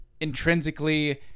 intrinsically